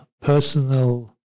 personal